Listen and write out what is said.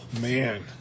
man